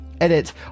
Edit